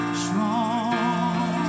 strong